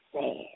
sad